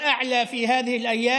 רודנים,